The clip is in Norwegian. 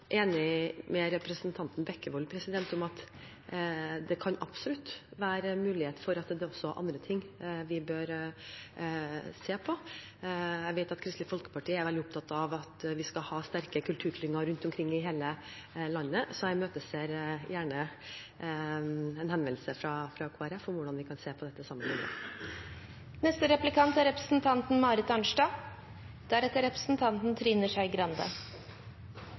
enig med representanten Bekkevold i at det absolutt kan være en mulighet for at vi også bør se på andre ting. Jeg vet at Kristelig Folkeparti er veldig opptatt av at vi skal ha sterke kulturklynger rundt omkring i hele landet, så jeg imøteser gjerne en henvendelse fra Kristelig Folkeparti om hvordan vi kan se på dette sammen med dem. Jeg skal litt tilbake til frivilligheten. Det er